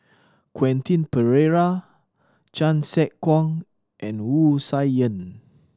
Quentin Pereira Chan Sek Keong and Wu Tsai Yen